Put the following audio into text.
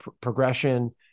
progression